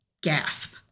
Gasp